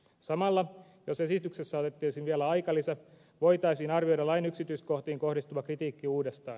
samalla jos esityksessä otettaisiin vielä aikalisä voitaisiin arvioida lain yksityiskohtiin kohdistuva kritiikki uudestaan